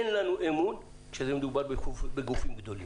אין לנו אמון כשזה מדובר בגופים גדולים.